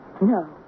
No